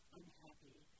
unhappy